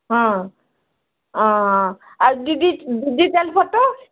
ହଁ ହଁ ଆଉ ଡିଜିଟାଲ୍ ଫଟୋ